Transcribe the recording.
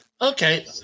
Okay